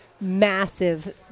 massive